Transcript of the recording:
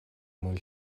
мөн